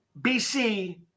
BC